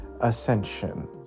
ascension